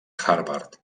harvard